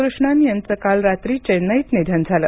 कृष्णन् यांचं काल रात्री चेन्नईत निधन झालं